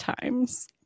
times